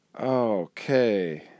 Okay